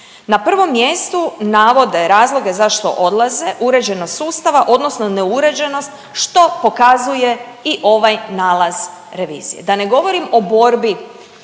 Na prvom mjestu navode razloge zašto odlaze uređenost sustava, odnosno neuređenost što pokazuje i ovaj nalaz revizije, da ne govorim o borbi